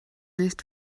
nicht